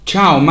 Ciao